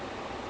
mm